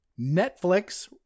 Netflix